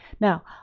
Now